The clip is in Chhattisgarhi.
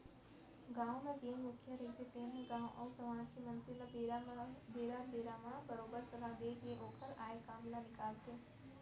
गाँव म जेन मुखिया रहिथे तेन ह गाँव अउ समाज के मनसे ल बेरा बेरा म बरोबर सलाह देय के ओखर आय काम ल निकालथे